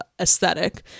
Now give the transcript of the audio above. aesthetic